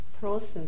process